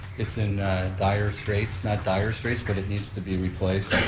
it's in dire straits, not dire straits, but it needs to be replaced.